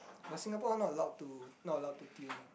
but Singapore not allowed to not allowed to tune ah